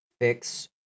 fix